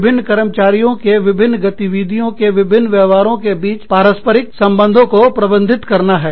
विभिन्न कर्मचारियों के विभिन्न व्यवहारों के बीच के पारस्परिक संबंधों को प्रबंधित करता है